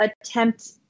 attempt